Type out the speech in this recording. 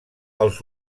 els